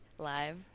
live